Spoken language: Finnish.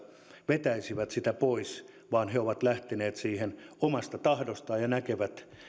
vetäisivät sen pois vaan he ovat lähteneet siihen omasta tahdostaan ja näkevät